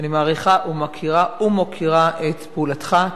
אני מעריכה ומוקירה את פעולתך.